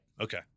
Okay